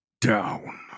down